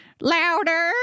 Louder